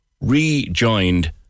rejoined